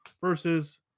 versus